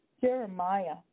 Jeremiah